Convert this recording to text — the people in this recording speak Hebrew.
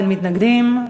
אין מתנגדים,